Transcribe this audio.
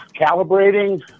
calibrating